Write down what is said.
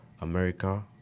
America